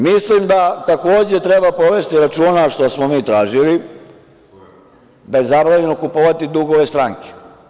Mislim da, takođe, treba povesti računa, što smo mi tražili, da je zabranjeno kupovati dugove stranke.